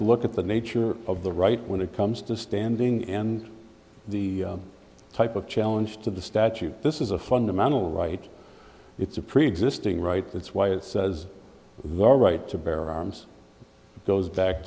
to look at the nature of the right when it comes to standing and the type of challenge to the statute this is a fundamental right it's a preexisting right that's why it says the right to bear arms it goes back